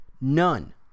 None